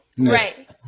Right